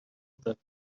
that